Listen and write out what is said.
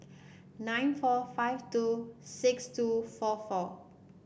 nine four five two six two four four